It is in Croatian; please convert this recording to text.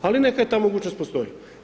Ali neka i ta mogućnost postoji.